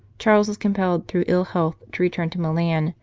charles was compelled through ill health to return to milan,